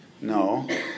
No